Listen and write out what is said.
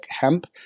hemp